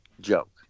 joke